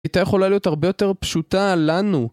הייתה יכולה להיות הרבה יותר פשוטה לנו